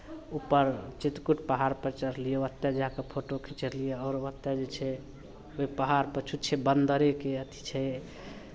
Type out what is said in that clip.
ऊपर चित्रकूट पहाड़पर चढ़लियै ओतय जा कऽ फोटो खिचेलियै आओर ओतय जे छै ओहि पहाड़पर छुच्छे बन्दरेके अथी छै